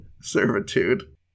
servitude